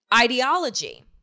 ideology